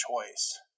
choice